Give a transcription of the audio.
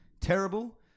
terrible